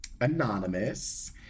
Anonymous